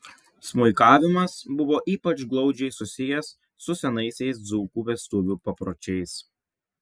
smuikavimas buvo ypač glaudžiai susijęs su senaisiais dzūkų vestuvių papročiais